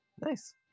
Nice